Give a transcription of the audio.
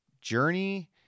journey